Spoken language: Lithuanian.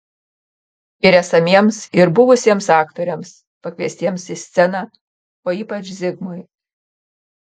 ir esamiems ir buvusiems aktoriams pakviestiems į sceną o ypač zigmui